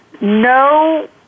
no